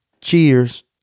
cheers